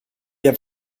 have